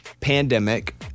pandemic